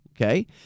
Okay